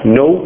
no